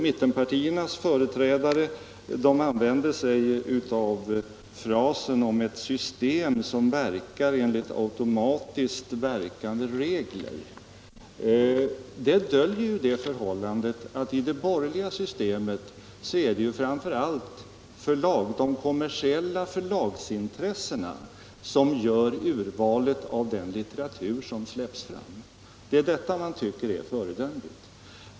Mittenpartiernas företrädare använder sig av frasen om ett system som fungerar enligt automatiskt verkande regler. Det döljer det förhållandet att i det borgerliga systemet är det framför allt de kommersiella förlagsintressena som gör urvalet av den litteratur som släpps fram. Det är detta man tycker är föredömligt.